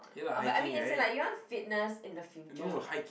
but I mean as in like you want fitness in the future